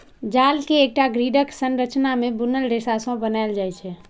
जाल कें एकटा ग्रिडक संरचना मे बुनल रेशा सं बनाएल जाइ छै